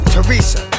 Teresa